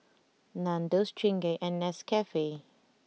Nandos Chingay and Nescafe